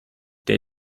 der